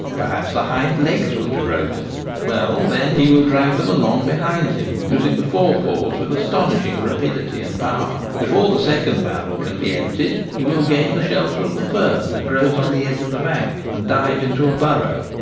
perhaps the hind legs will be broken well, then he will drag them along behind him, using the fore paws with astonish ing rapidity and power. before the second barrel can be emptied he will gain the shelter of the fern that grows on the edge of the bank and dive into a burrow,